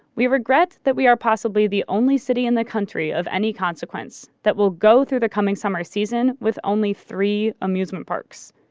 we regret that we are possibly the only city in the country of any consequence that will go through the coming summer season with only three amusement parks.